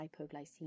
hypoglycemia